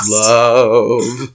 love